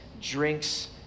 drinks